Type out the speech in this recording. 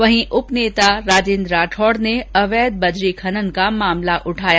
वहीं उपनेता राजेंद्र राठौड़ ने अवैध बजरी खनन का मामला उठाया